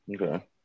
Okay